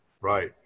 Right